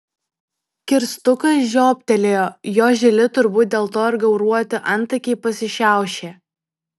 kirstukas žiobtelėjo jo žili turbūt dėl to ir gauruoti antakiai pasišiaušė